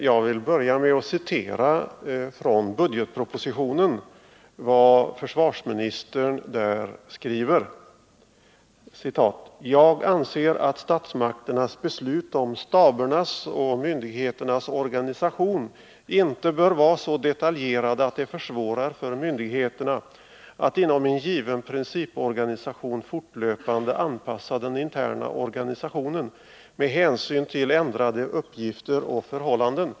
Jag vill börja med att citera vad försvarsministern säger i budgetpropositionen: ”Jag anser att statsmakternas beslut om stabernas och myndigheternas organisation inte bör vara så detaljerade att det försvårar för myndigheterna att inom en given principorganisation fortlöpande anpassa den interna organisationen med hänsyn till ändrade uppgifter och förhållanden.